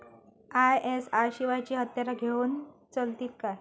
ISI शिवायची हत्यारा घेऊन चलतीत काय?